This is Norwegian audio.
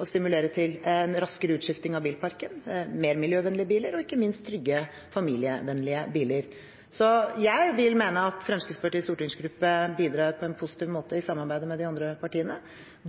å stimulere til en raskere utskiftning av bilparken, mer miljøvennlige biler, og ikke minst trygge, familievennlige biler. Så jeg vil mene at Fremskrittspartiets stortingsgruppe bidrar på en positiv måte i samarbeid med de andre partiene.